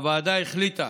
הוועדה החליטה